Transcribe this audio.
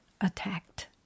attacked